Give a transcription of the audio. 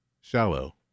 shallow